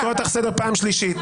אני קורא אותך לסדר פעם שלישית.